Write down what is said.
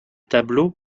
tableaux